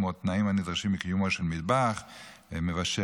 כמו התנאים הנדרשים לקיומו של מטבח מבשל,